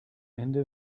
ende